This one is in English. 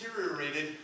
deteriorated